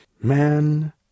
Man